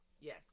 Yes